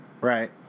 Right